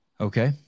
Okay